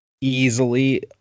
easily